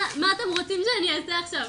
מה אתם רוצים שאני אעשה עכשיו,